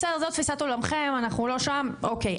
בסדר, זו תפיסת עולמכם, אנחנו לא שם, אוקיי.